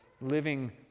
living